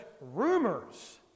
rumors